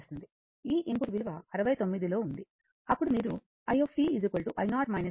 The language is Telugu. ఈ ఇన్పుట్ విలువ 69 లో ఉంది అప్పుడు మీరు i i0 Vs R e t τ Vs R